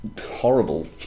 horrible